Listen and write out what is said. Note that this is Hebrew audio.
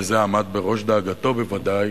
וזה עמד בראש דאגתו בוודאי.